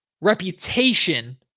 reputation